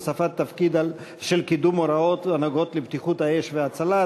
הוספת תפקיד של קידום הוראות הנוגעות לבטיחות האש וההצלה),